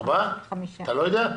שישה.